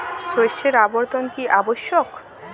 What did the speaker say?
শস্যের আবর্তন কী আবশ্যক?